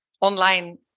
online